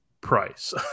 price